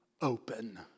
open